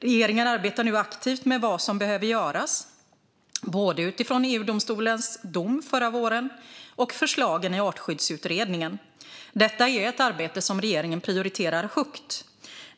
Regeringen arbetar nu aktivt med vad som behöver göras både utifrån EU-domstolens dom förra våren och förslagen i Artskyddsutredningen . Detta är ett arbete som regeringen prioriterar högt.